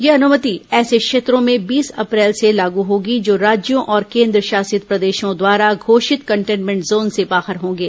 यह अनुमति ऐसे क्षेत्रों में बीस अप्रैल से लागू होगी जो राज्यों और केंद्रशासित प्रदेशों द्वारा घोषित कंटेन्मेन्ट जोन से बाहर होंगे